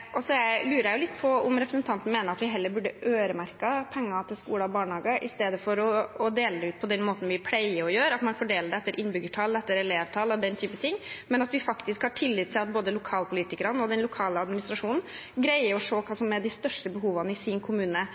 Så lurer jeg på om representanten mener at vi heller burde øremerket penger til skoler og barnehager i stedet for å dele ut på den måten vi pleier å gjøre, at man fordeler det etter innbyggertall, elevtall – den type ting, og at vi faktisk har tillit til at både lokalpolitikerne og den lokale administrasjonen greier å se hva som er de største behovene i sin kommune.